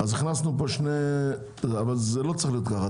הכנסנו פה שני אבל זה לא צריך להיות כך.